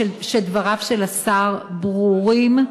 שדבריו של השר ברורים,